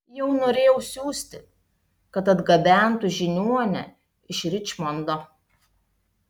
jau norėjau siųsti kad atgabentų žiniuonę iš ričmondo